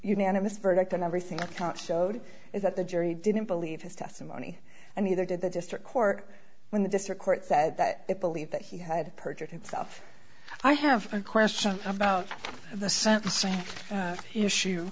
unanimous verdict and everything showed that the jury didn't believe his testimony and neither did the district court when the district court said that it believed that he had perjured himself i have a question about the sentencing issue